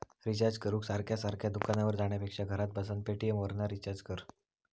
recharge करूक सारखा सारखा दुकानार जाण्यापेक्षा घरात बसान पेटीएमवरना रिचार्ज कर